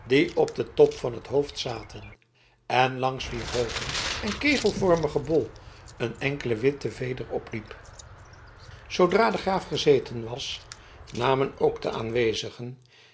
op den top van het hoofd zaten en langs wier hoogen en kegelvormigen bol een enkele witte veder opliep zoodra de graaf gezeten was namen ook de aanwezigen